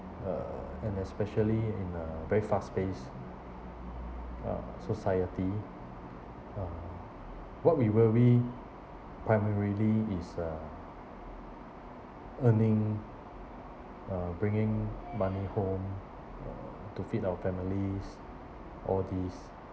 err and especially in a very fast pace uh society uh what we worry primarily is uh earning uh bringing money home uh to feed our families all these